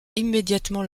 immédiatement